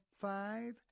five